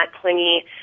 clingy